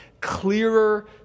clearer